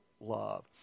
love